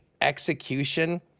execution